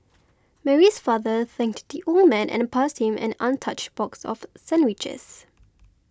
Mary's father thanked the old man and passed him an untouched box of sandwiches